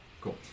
Cool